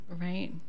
Right